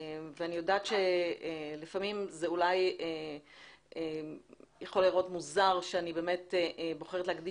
אני יודעת שלפעמים זה אולי יכול להיראות מוזר שאני בוחרת להקדיש